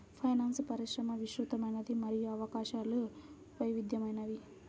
finance పరిశ్రమ విస్తృతమైనది మరియు అవకాశాలు వైవిధ్యమైనవి